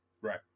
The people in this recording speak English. Right